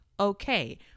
Okay